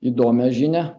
įdomią žinią